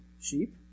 sheep